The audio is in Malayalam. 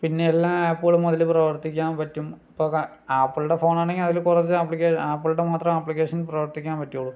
പിന്നെ എല്ലാ ആപ്പുകളും അതില് പ്രവർത്തിക്കാൻ പറ്റും ഇപ്പോൾ ആപ്പിളിൻ്റെ ഫോണാണെങ്കിൽ അതിലു കുറച്ച് ആപ്ലിക്കേ ആപ്പിളിൻ്റെ മാത്രം അപ്ലിക്കേഷൻ പ്രവർത്തിക്കാൻ പറ്റുകയുള്ളു